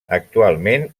actualment